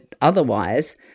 otherwise